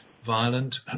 violent